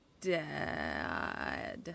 dead